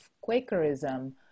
Quakerism